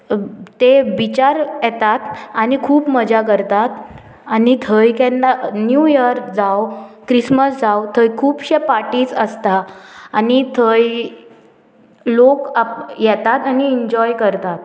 ते बिचार येतात आनी खूब मजा करतात आनी थंय केन्ना न्यू इयर जावं क्रिसमस जावं थंय खुबशे पार्टीज आसता आनी थंय लोक आप येतात आनी एन्जॉय करतात